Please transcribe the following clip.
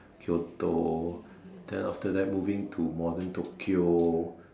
Kyoto then after that moving to modern Tokyo